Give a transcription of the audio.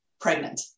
pregnant